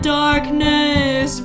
darkness